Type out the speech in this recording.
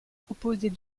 proposent